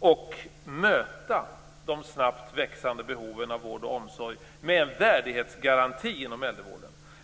och att möta de snabbt växande behoven av vård och omsorg med en värdighetsgaranti inom äldrevården.